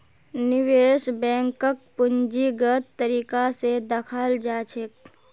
निवेश बैंकक पूंजीगत तरीका स दखाल जा छेक